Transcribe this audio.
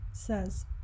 says